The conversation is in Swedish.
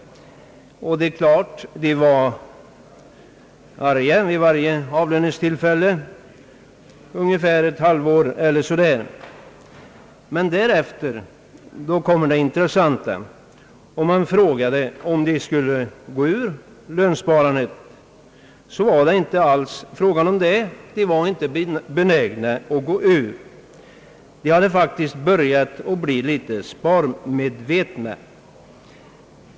De var arga vid varje avlöningstillfälle under ett halvår eller så. Då jag frågade dem om de tänkte gå ur lönsparandet var det intressant att höra, att de inte alls var benägna att göra det. De hade faktiskt börjat bli en smula sparmedvetna.